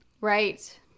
Right